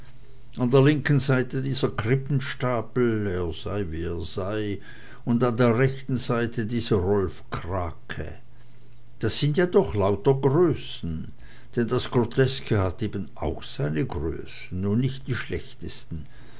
an der linken seite dieser krippenstapel er sei wie er sei und an der rechten seite dieser rolf krake das sind ja doch lauter größen denn das groteske hat eben auch seine größen und nicht die schlechtesten